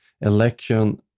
election